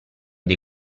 dei